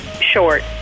short